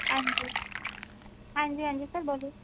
ਹਾਂਜੀ ਹਾਂਜੀ ਹਾਂਜੀ ਸਰ ਬੋਲੋ